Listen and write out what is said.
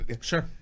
Sure